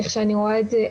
איך שאני רואה את זה,